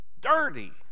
dirty